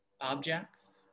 objects